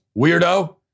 weirdo